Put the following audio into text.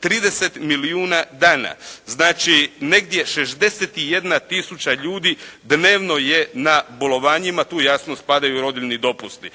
30 milijuna dana. Znači negdje 61 tisuća ljudi dnevno je na bolovanjima. Tu jasno spadaju i rodiljni dopusti.